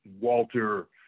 Walter